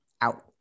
Out